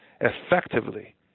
effectively